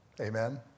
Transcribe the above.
Amen